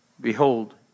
Behold